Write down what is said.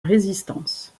résistance